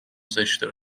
زشتها